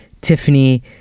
Tiffany